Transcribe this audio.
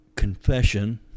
confession